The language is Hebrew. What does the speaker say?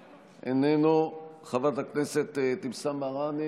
איננו, חברת הכנסת אבתיסאם מראענה,